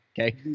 okay